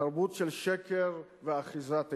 תרבות של שקר ואחיזת עיניים.